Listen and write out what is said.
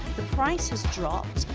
the price has dropped.